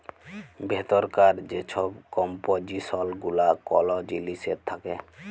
ভিতরকার যে ছব কম্পজিসল গুলা কল জিলিসের থ্যাকে